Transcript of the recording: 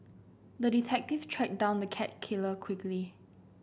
the detective tracked down the cat killer quickly